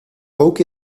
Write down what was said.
rook